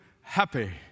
happy